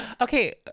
okay